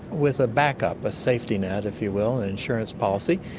with a backup, a safety net, if you will, an insurance policy,